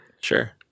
sure